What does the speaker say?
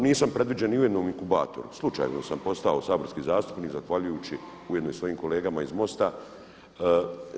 Nisam predviđen ni u jednom inkubatoru, slučajno sam postao saborski zastupnik zahvaljujući ujedno i svojim kolegama iz MOST-a.